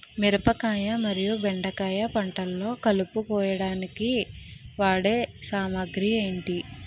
మిరపకాయ మరియు బెండకాయ పంటలో కలుపు కోయడానికి వాడే సామాగ్రి ఏమిటి?